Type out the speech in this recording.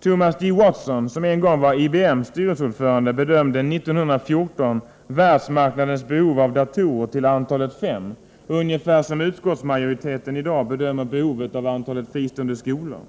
Thomas J. Watson, som en gång var IBM:s styrelseordförande, bedömde 1914 världsmarknadens behov av datorer till antalet fem, ungefär som utskottsmajoriteten i dag bedömer behovet av antalet fristående skolor.